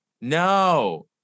no